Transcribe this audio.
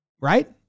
right